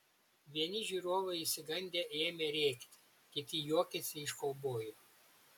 vieni žiūrovai išsigandę ėmė rėkti kiti juokėsi iš kaubojų